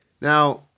Now